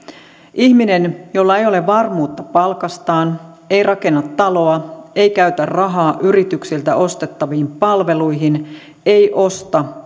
ihminen jolla ei ole varmuutta palkastaan ei rakenna taloa ei käytä rahaa yrityksiltä ostettaviin palveluihin ei osta